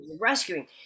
rescuing